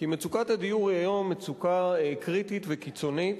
כי מצוקת הדיור היום היא מצוקה קריטית וקיצונית.